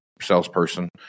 salesperson